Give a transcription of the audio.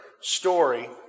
story